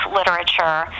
literature